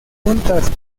juntas